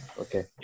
Okay